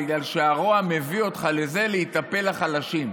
בגלל שהרוע מביא אותך לזה, להיטפל לחלשים,